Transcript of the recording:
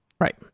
right